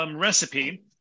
recipe